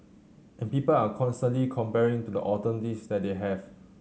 and people are constantly comparing to the alternatives that they have